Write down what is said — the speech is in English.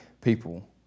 people